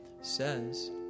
says